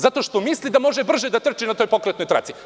Zato što misli da može brže da trči na toj pokretnoj traci.